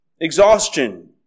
Exhaustion